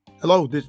Hello